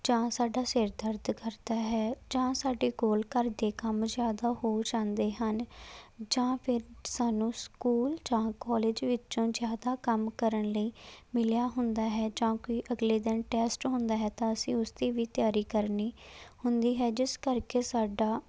ਜਾਂ ਸਾਡਾ ਸਿਰ ਦਰਦ ਕਰਦਾ ਹੈ ਜਾਂ ਸਾਡੇ ਕੋਲ ਘਰ ਦੇ ਕੰਮ ਜ਼ਿਆਦਾ ਹੋ ਜਾਂਦੇ ਹਨ ਜਾਂ ਫਿਰ ਸਾਨੂੰ ਸਕੂਲ ਜਾਂ ਕਾਲਜ ਵਿੱਚੋਂ ਜ਼ਿਆਦਾ ਕੰਮ ਕਰਨ ਲਈ ਮਿਲਿਆ ਹੁੰਦਾ ਹੈ ਜਾਂ ਕਿ ਅਗਲੇ ਦਿਨ ਟੈਸਟ ਹੁੰਦਾ ਹੈ ਤਾਂ ਅਸੀਂ ਉਸ ਦੀ ਵੀ ਤਿਆਰੀ ਕਰਨੀ ਹੁੰਦੀ ਹੈ ਜਿਸ ਕਰਕੇ ਸਾਡਾ